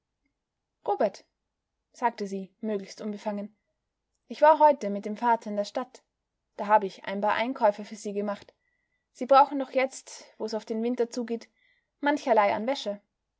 robert sagte sie möglichst unbefangen ich war heute mit dem vater in der stadt da hab ich ein paar einkäufe für sie gemacht sie brauchen doch jetzt wo's auf den winter zugeht mancherlei an wäsche